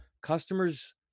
customers